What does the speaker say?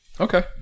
Okay